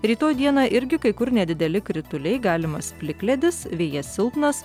rytoj dieną irgi kai kur nedideli krituliai galimas plikledis vėjas silpnas